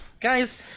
Guys